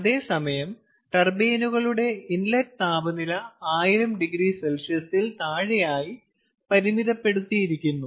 അതേസമയം ടർബൈനുകളുടെ ഇൻലെറ്റ് താപനില 1000oC ൽ താഴെയായി പരിമിതപ്പെടുത്തിയിരിക്കുന്നു